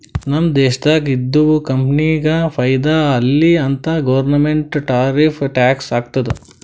ನಮ್ ದೇಶ್ದಾಗ್ ಇದ್ದಿವ್ ಕಂಪನಿಗ ಫೈದಾ ಆಲಿ ಅಂತ್ ಗೌರ್ಮೆಂಟ್ ಟಾರಿಫ್ ಟ್ಯಾಕ್ಸ್ ಹಾಕ್ತುದ್